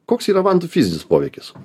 koks yra vantų fizinis poveikis